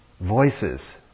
voices